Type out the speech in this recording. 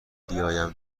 بیایم